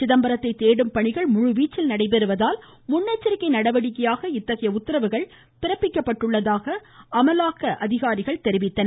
சிதம்பரத்தை தேடும் பணிகள் முழுவீச்சில் நடைபெறுவதால் முன்னெச்சரிக்கை நடவடிக்கையாக இத்தகைய உத்தரவுகள் பிறப்பிக்கப்பட்டுள்ளதாக அதிகாரிகள் தெரிவித்தனர்